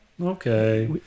Okay